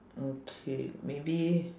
okay maybe